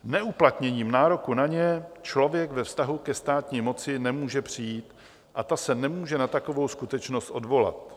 Neuplatněním nároku o ně člověk ve vztahu ke státní moci nemůže přijít a ta se nemůže na takovou skutečnost odvolat.